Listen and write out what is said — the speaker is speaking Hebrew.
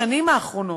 בשנים האחרונות,